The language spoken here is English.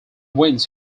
wins